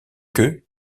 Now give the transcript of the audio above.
que